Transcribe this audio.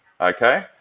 okay